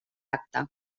acte